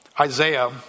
Isaiah